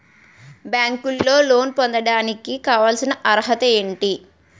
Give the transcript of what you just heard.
బ్యాంకులో లోన్ పొందడానికి కావాల్సిన అర్హత ఏంటి?